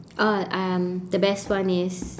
oh um the best one is